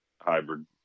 hybrid